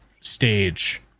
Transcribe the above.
stage